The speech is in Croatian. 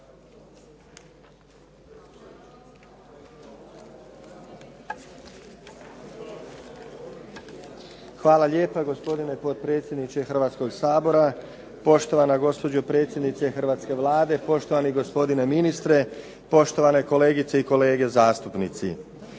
Hvala lijepa gospodine potpredsjedniče Hrvatskog sabora, poštovana gospodo predsjednice hrvatske Vlade, poštovani gospodine ministre, poštovane kolegice i kolege zastupnici.